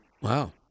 Wow